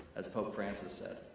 as pope francis said.